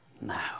now